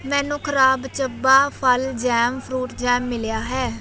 ਮੈਨੂੰ ਖ਼ਰਾਬ ਚਬਾ ਫਲ ਜੈਮ ਫਰੂਟ ਜੈਮ ਮਿਲਿਆ ਹੈ